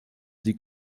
sie